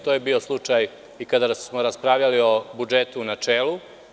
To je bio slučaj i kada smo raspravljali o budžetu u načelu.